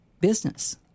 business